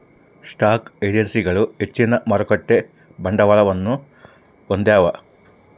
stock ಎಕ್ಸ್ಚೇಂಜ್ಗಳು ಹೆಚ್ಚಿನ ಮಾರುಕಟ್ಟೆ ಬಂಡವಾಳವನ್ನು ಹೊಂದ್ಯಾವ